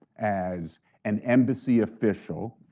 as an embassy official,